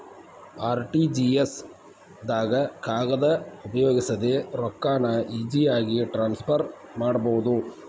RTGS ದಾಗ ಕಾಗದ ಉಪಯೋಗಿಸದೆ ರೊಕ್ಕಾನ ಈಜಿಯಾಗಿ ಟ್ರಾನ್ಸ್ಫರ್ ಮಾಡಬೋದು